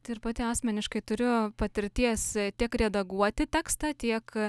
tai ir pati asmeniškai turiu patirties tiek redaguoti tekstą tiek